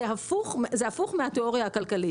זה הפוך מהתיאוריה הכלכלית.